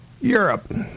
Europe